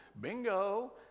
Bingo